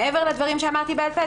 מעבר לדברים שאמרתי בעל פה,